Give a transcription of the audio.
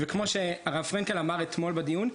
וכמו שהרב פרנקל אמר אתמול בדיון,